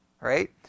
right